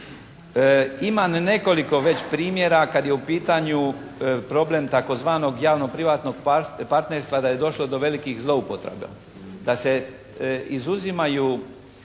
Imam nekoliko već primjera kad je u pitanju problem tzv. javnoprivatnog partnerstva da je došlo do velikih zloupotreba. Da se izuzimaju